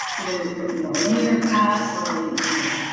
either but you know linear path or really kind of